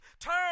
turn